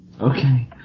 Okay